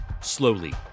slowly